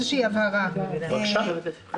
מאה אחוז.